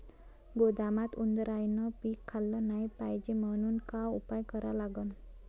गोदामात उंदरायनं पीक खाल्लं नाही पायजे म्हनून का उपाय करा लागन?